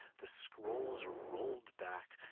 the scrolls are rolled back,